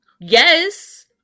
Yes